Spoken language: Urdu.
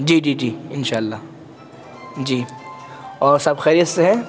جی جی جی ان شاء اللہ جی اور سب خیریت سے ہے